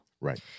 right